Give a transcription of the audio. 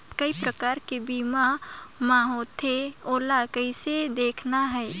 काय प्रकार कर बीमा मा होथे? ओला कइसे देखना है?